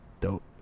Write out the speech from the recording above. Dope